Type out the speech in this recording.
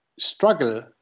struggle